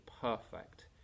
perfect